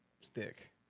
stick